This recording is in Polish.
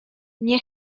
nie